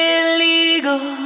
illegal